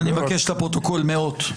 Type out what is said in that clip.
אני מבקש לפרוטוקול מאות...